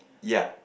ya